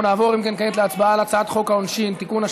אנחנו נעבור להצבעה על הצעת חוק העונשין (תיקון,